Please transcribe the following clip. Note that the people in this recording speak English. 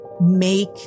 make